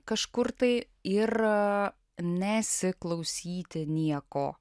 kažkur tai ir nesiklausyti nieko